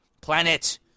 Planet